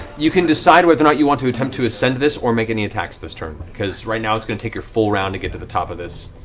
you can decide whether or not you want to attempt to ascend this or make any attacks this turn, because right now it's going to take your full round to get to the top of this.